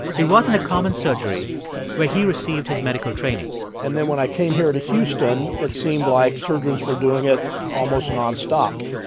it wasn't a common surgery where he received his medical training and then when i came here to houston, it seemed like surgeons were doing it almost nonstop